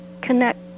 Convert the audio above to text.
connect